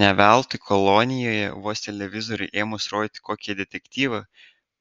ne veltui kolonijoje vos televizoriui ėmus rodyti kokį detektyvą